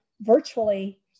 virtually